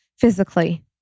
physically